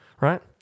right